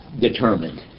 determined